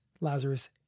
Lazarus